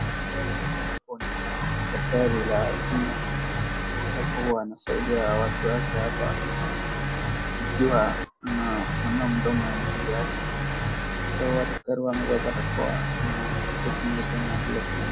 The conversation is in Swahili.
Daktari ambapo ni daktari wa jino ambapo huwa anasaidia watu wake hapa ikiwa ana panua mdomo ya mgonjwa wake ana angalia mdoma ya mgonjwa wake, madaktari wamevaa barakoa na koti nyeupe na glovsi .